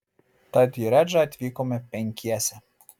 tad į redžą atvykome penkiese